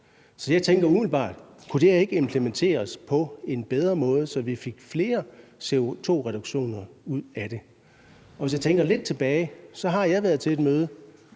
Så jeg tænker umiddelbart: Kunne det her ikke implementeres på en bedre måde, så vi fik flere CO2-reduktioner ud af det? Hvis jeg tænker lidt tilbage, har jeg været til et møde